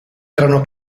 erano